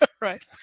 right